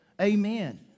Amen